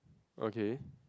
okay